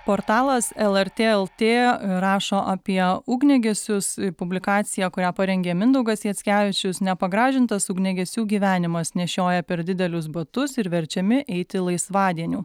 portalas lrt lt rašo apie ugniagesius publikacija kurią parengė mindaugas jackevičius nepagražintas ugniagesių gyvenimas nešioja per didelius batus ir verčiami eiti laisvadienių